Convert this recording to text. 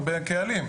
הרבה קהל.